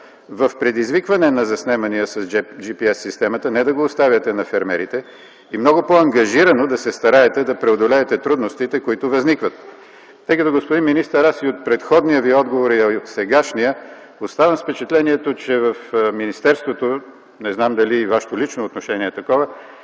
в предизвикване на заснемания с GPS системата – не да го оставяте на фермерите. Много по-ангажирано да се стараете да преодолеете трудностите, които възникват, тъй като, господин министър, аз и от предходния Ви отговор, а и от сегашния оставам с впечатлението, че в министерството - не знам дали и Вашето лично отношение е такова,